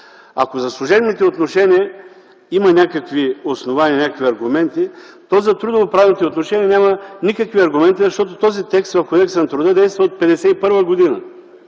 Ако за служебните отношения има някакви основания и аргументи, то за трудово-правните отношения няма никакви аргументи, защото този текст в Кодекса на труда действа от 1951 г.,